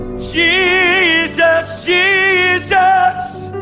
jesus, jesus,